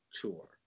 tour